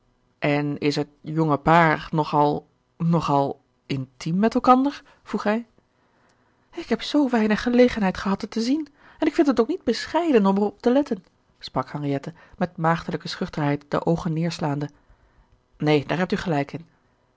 en is het jonge paar nog al nog al intiem met elkander vroeg hij ik heb zoo weinig gelegenheid gehad het te zien en ik vind het ook niet bescheiden om er op te letten sprak henriette met maagdelijke schuchterheid de oogen neerslaande neen daar hebt u gelijk in